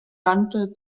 lande